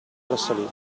trasalì